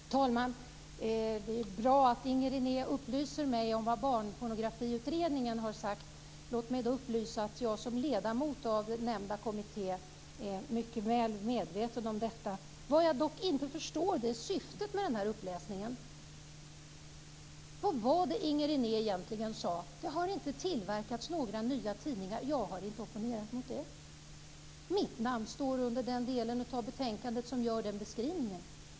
Fru talman! Det är bra att Inger René upplyser mig om vad Barnpornografiutredningen har sagt. Låt mig då upplysa om att jag som ledamot av nämnda kommitté är mycket väl medveten om detta. Vad jag dock inte förstår är syftet med denna uppläsning. Vad var det egentligen som Inger René sade? Hon sade att det inte har tillverkats några nya tidningar. Jag har inte opponerat mig mot det. Mitt namn finns med under den delen av betänkandet där denna beskrivning görs.